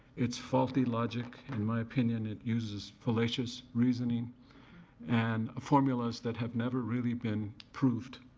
it's faulty logic. in my opinion, it uses fallacious reasoning and formulas that have never really been proved